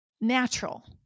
natural